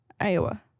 Iowa